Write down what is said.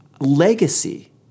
legacy